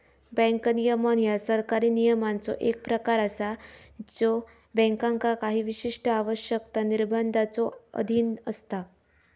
bank नियमन ह्या सरकारी नियमांचो एक प्रकार असा ज्यो बँकांका काही विशिष्ट आवश्यकता, निर्बंधांच्यो अधीन असता